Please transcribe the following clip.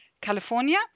California